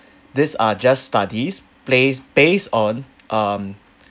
these are just studies placed based on um